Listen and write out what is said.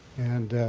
and